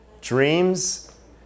dreams